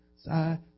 side